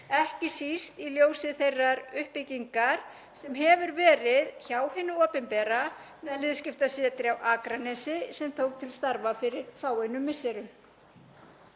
ekki síst í ljósi þeirrar uppbyggingar sem verið hefur hjá hinu opinbera með liðskiptasetri á Akranesi sem tók til starfa fyrir fáeinum misserum.